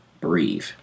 breathe